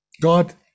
God